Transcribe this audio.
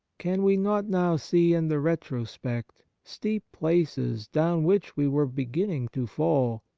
can we not now see in the retrospect steep places down which we were beginning to fall,